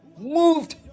moved